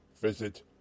visit